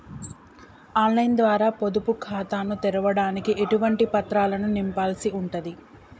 On line ద్వారా పొదుపు ఖాతాను తెరవడానికి ఎటువంటి పత్రాలను నింపాల్సి ఉంటది?